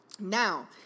Now